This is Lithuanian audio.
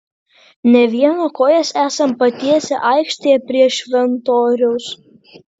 ne vieno kojas esam patiesę aikštėje prie šventoriaus